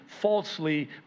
falsely